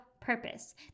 purpose